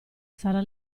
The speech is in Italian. sarà